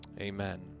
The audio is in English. amen